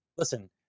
listen